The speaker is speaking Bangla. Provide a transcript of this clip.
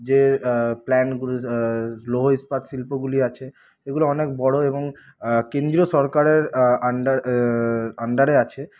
যে প্লান্টগুলি যে লৌহ ইস্পাত শিল্পগুলি আছে এগুলো অনেক বড়ো এবং কেন্দ্রীয় সরকারের আন্ডারে আছে